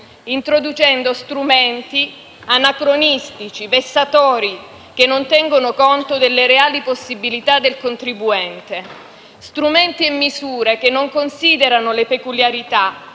introducendo strumenti anacronistici e vessatori, che non tengono conto delle reali possibilità del contribuente; strumenti e misure che non considerano le peculiarità